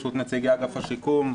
בזכות נציגי אגף השיקום,